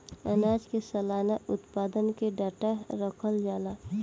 आनाज के सलाना उत्पादन के डाटा रखल जाला